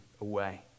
away